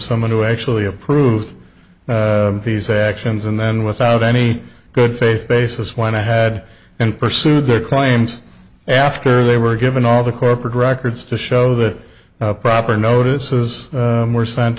someone who actually approved these actions and then without any good faith basis when i had and pursue their claims after they were given all the corporate records to show that proper notices were sent